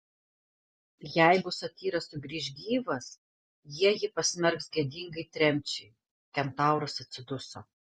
jeigu satyras sugrįš gyvas jie jį pasmerks gėdingai tremčiai kentauras atsiduso